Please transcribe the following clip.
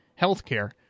Healthcare